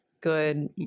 good